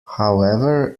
however